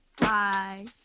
bye